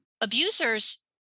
Abusers